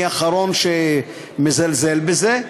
ואני האחרון שמזלזל בזה,